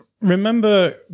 remember